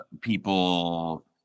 people